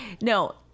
No